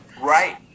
Right